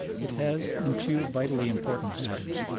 it has in two vitally important matters.